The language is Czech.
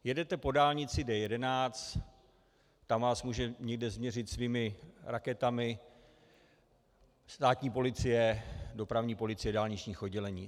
Jedete po dálnici D11, tam vás může někde změřit svými raketami státní policie, dopravní policie dálničních oddělení.